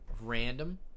random